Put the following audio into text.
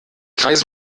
kreisen